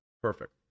perfect